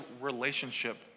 relationship